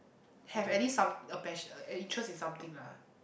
have at least some a passion an interest in something lah